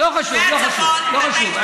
לא חשוב, לא חשוב.